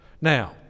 Now